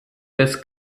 des